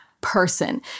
person